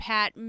Pat